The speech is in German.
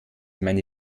meine